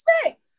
expect